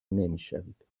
نمیشوید